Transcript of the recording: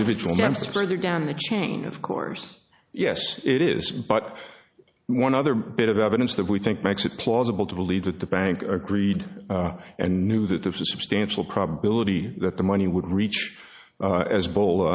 individual gems further down the chain of course yes it is but one other bit of evidence that we think makes it plausible to believe that the bank agreed and knew that there was a substantial probability that the money would reach as bo